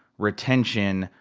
retention,